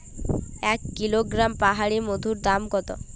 এক কিলোগ্রাম পাহাড়ী মধুর দাম কত?